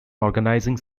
organizing